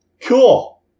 Cool